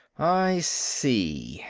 i see,